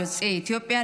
יוצאי אתיופיה,